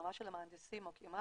ברמה של המהנדסים או כמעט,